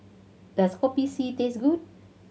does Kopi C taste good